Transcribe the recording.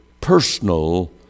personal